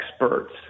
experts